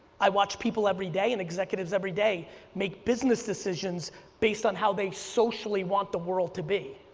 i watch people every day and executives every day make business decisions based on how they socially want the world to be.